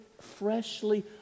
freshly